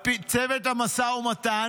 צוות המשא ומתן